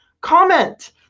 comment